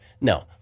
no